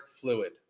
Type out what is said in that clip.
fluid